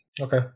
Okay